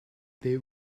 they